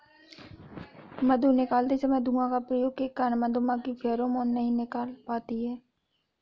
मधु निकालते समय धुआं का प्रयोग के कारण मधुमक्खी फेरोमोन नहीं निकाल पाती हैं